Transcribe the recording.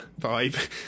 vibe